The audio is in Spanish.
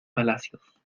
palacios